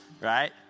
Right